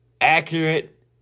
accurate